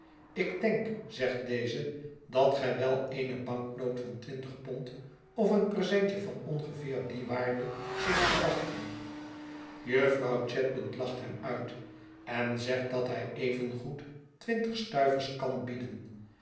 ik denk zegt deze dat gij wel eene banknoot van twintig pond of een presentje van ongeveer die waarde zult verwachten jufvrouw chadband lacht hem uit en zegt dat hij evengoed twintig stuivers kan bieden